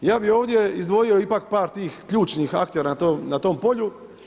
Ja bih ovdje izdvojio ipak par tih ključnih aktera na tom polju.